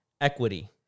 equity